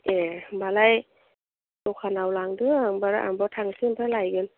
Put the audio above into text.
ए होम्बालाय दखानाव लांदो होम्बाना आंबो थांनोसै ओमफ्राय लायगोन